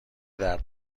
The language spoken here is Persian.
درد